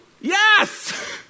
yes